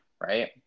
right